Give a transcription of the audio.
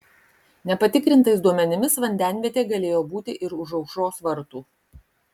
nepatikrintais duomenimis vandenvietė galėjo būti ir už aušros vartų